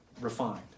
refined